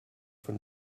von